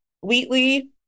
Wheatley